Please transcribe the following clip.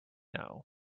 know